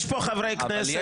יש פה חברי כנסת